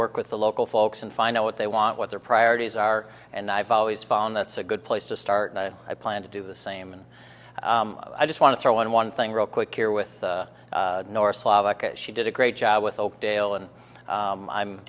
work with the local folks and find out what they want what their priorities are and i've always found that's a good place to start and i plan to do the same and i just want to throw on one thing real quick here with norah slavica she did a great job with oakdale and